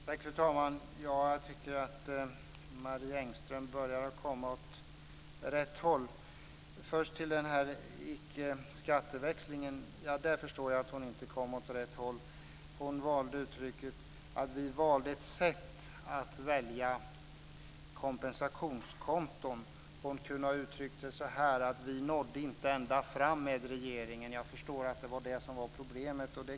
Fru talman! Jag tycker att Marie Engström är på väg åt rätt håll. Jag förstår att hon inte är på väg åt rätt håll när det gäller den här icke äkta skatteväxlingen. Hon säger att man valde kompensationskonton. Hon kunde ha uttryckt sig så här: Vi nådde inte ända fram med regeringen. Jag förstår att det var det som var problemet.